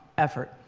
effort.